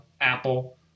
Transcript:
Apple